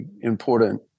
important